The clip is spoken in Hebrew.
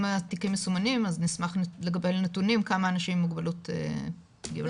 התיקים מסוימים אז נשמח לקבל נתונים כמה אנשים עם מוגבלות הגיעו.